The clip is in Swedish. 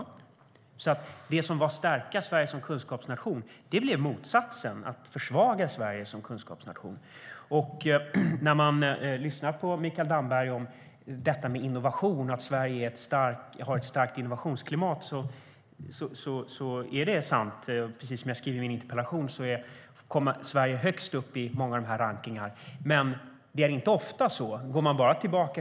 Det som skulle bli en förstärkning av Sverige som kunskapsnation blev motsatsen: en försvagning av Sverige som kunskapsnation. Mikael Damberg anser att Sverige har ett starkt innovationsklimat. Det är sant. Som jag skrev i min interpellation kommer Sverige högst upp i många rankningar. Men det är inte ofta det är så.